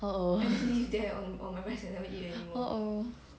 oh oh oh oh